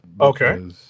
okay